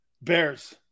Bears